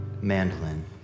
mandolin